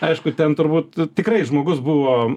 aišku ten turbūt tikrai žmogus buvo